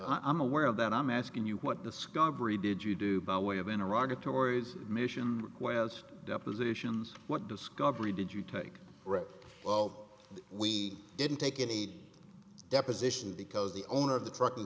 i'm aware of that i'm asking you what discovery did you do by way of iraq to tory's mission whereas depositions what discovery did you take well we didn't take any depositions because the owner of the trucking